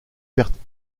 pertes